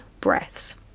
breaths